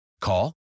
Call